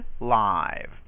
live